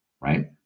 right